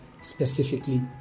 specifically